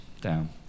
down